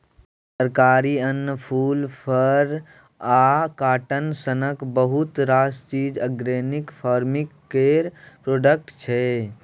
तरकारी, अन्न, फुल, फर आ काँटन सनक बहुत रास चीज आर्गेनिक फार्मिंग केर प्रोडक्ट छै